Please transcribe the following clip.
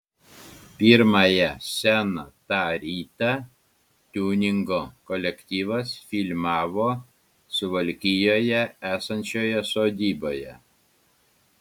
pirmąją sceną tą rytą tiuningo kolektyvas filmavo suvalkijoje esančioje sodyboje